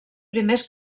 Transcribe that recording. primers